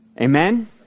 Amen